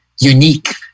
unique